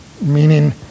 Meaning